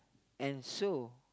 and so